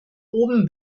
oben